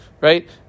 right